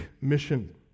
mission